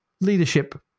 leadership